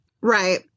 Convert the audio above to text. Right